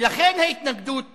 ולכן ההתנגדות